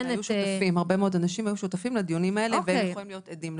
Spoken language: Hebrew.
הרבה מאוד אנשים היו שותפים לדיונים האלה ויכולים להיות עדים.